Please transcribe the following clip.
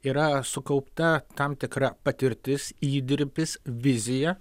yra sukaupta tam tikra patirtis įdirbis vizija